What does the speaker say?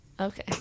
Okay